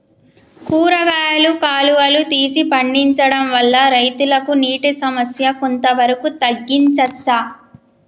కూరగాయలు కాలువలు తీసి పండించడం వల్ల రైతులకు నీటి సమస్య కొంత వరకు తగ్గించచ్చా?